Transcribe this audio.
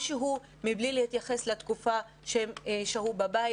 מלא מבלי להתייחס לתקופה שהם שהו בבית.